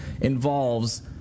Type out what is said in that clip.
involves